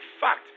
fact